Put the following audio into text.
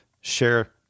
share